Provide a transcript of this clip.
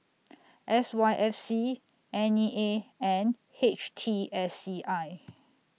S Y F C N E A and H T S C I